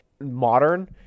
modern